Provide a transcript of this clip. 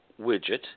widget